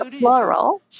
plural